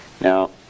Now